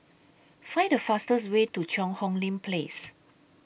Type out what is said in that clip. Find The fastest Way to Cheang Hong Lim Place